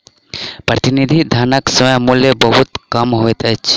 प्रतिनिधि धनक स्वयं मूल्य बहुत कम होइत अछि